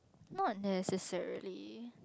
not necessarily